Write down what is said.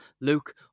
Luke